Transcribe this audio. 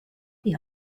die